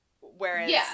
Whereas